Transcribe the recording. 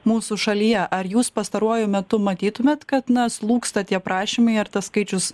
mūsų šalyje ar jūs pastaruoju metu matytumėt kad na slūgsta tie prašymai ar tas skaičius